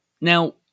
Now